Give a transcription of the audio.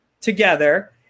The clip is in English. together